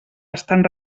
estan